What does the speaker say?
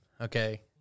Okay